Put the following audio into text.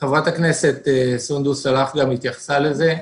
חברת הכנסת סונדוס סאלח גם התייחסה לזה.